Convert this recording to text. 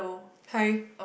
hi